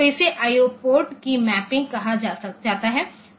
तो इसे I O port की मैपिंग कहा जाता है